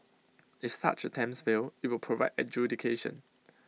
if such attempts fail IT will provide adjudication